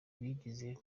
bigize